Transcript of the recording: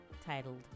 titled